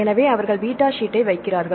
எனவே அவர்கள் பீட்டா சீட்டை வைக்கிறார்கள்